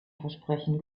versprechen